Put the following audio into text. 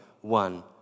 one